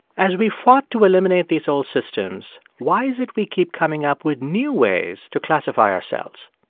as we fought to eliminate these old systems, why is it we keep coming up with new ways to classify ourselves?